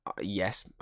Yes